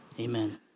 amen